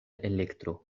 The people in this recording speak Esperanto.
elektro